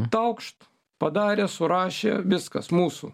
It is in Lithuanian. taukšt padarė surašė viskas mūsų